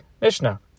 Mishnah